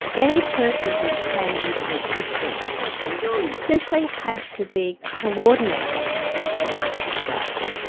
any person who came into existence simply had to be coordinated, as she liked to say,